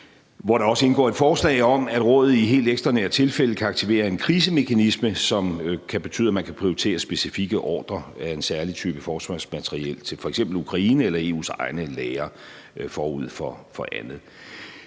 hvor der også indgår et forslag om, at Rådet i helt ekstraordinære tilfælde kan aktivere en krisemekanisme, som kan betyde, at man kan prioritere specifikke ordrer af en særlig type forsvarsmateriel til f.eks. Ukraine eller EU's egne lagre forud for andet.